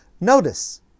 Notice